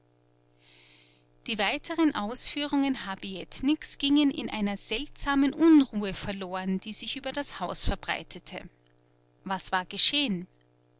die weiteren ausführungen habietniks gingen in einer seltsamen unruhe verloren die sich über das haus verbreitete was war geschehen